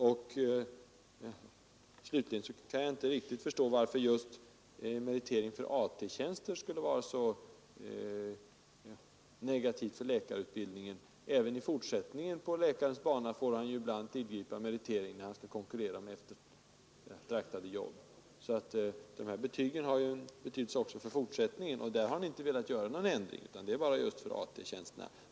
Jag kan inte riktigt förstå varför just meritering för AT-tjänster skulle vara någonting så negativt för läkarutbildningen. Även i fortsättningen av läkarens bana får man ju ibland tillgripa meritering vid konkurrens om eftertraktade jobb. De här betygen har alltså en betydelse också för fortsättningen, och där har ni inte velat ha någon ändring utan bara när det gäller AT-tjänsterna.